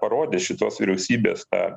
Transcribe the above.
parodė šitos vyriausybės tą